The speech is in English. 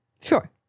Sure